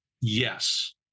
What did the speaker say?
yes